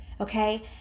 okay